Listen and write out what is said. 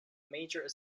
major